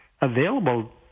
available